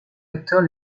acteurs